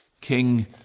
king